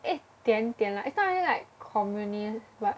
一点点 lah it's not really like communist but